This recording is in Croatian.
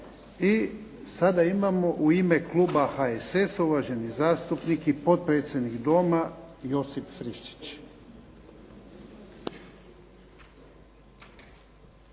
I sada imamo u ime kluba HSS-a, uvaženi zastupnik i potpredsjednik Doma Josip Friščić.